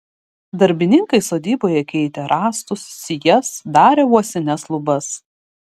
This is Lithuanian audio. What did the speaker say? darbininkai sodyboje keitė rąstus sijas darė uosines lubas